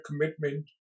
commitment